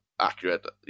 accurate